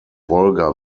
wolga